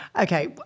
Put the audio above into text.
Okay